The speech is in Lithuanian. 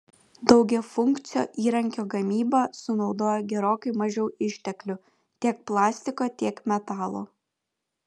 daugiafunkcio įrankio gamyba sunaudoja gerokai mažiau išteklių tiek plastiko tiek metalo